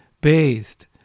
bathed